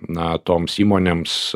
na toms įmonėms